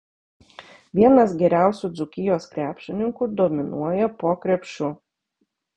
vienas geriausių dzūkijos krepšininkų dominuoja po krepšiu